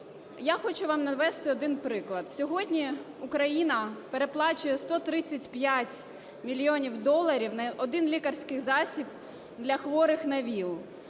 Я хочу вам навести один приклад. Сьогодні Україна переплачує 135 мільйонів доларів на один лікарський засіб для хворих на ВІЛ.